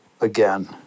Again